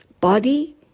body